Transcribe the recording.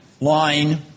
line